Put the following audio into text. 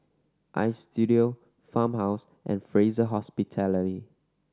Istudio Farmhouse and Fraser Hospitality